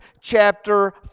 chapter